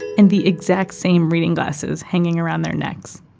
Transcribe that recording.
and the exact same reading glasses hanging around their necks.